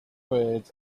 words